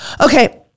Okay